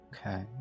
okay